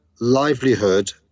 livelihood